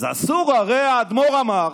אז אסור, הרי האדמו"ר אמר,